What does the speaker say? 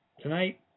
tonight